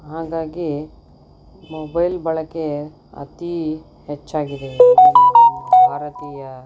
ಹಾಗಾಗಿ ಮೊಬೈಲ್ ಬಳಕೆ ಅತೀ ಹೆಚ್ಚಾಗಿದೆ ಈಗ ಭಾರತೀಯ